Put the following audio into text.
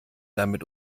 damit